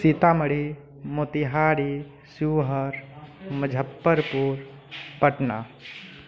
Sitamarhi Motihari Sheohar Muzaffarpur Patna